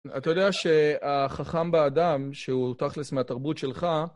אתה יודע שהחכם באדם שהוא תכלס מהתרבות שלך